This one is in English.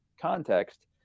context